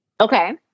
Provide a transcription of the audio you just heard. Okay